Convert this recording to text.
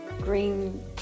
green